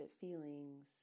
feelings